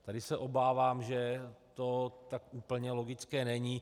Tady se obávám, že to tak úplně logické není.